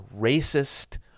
racist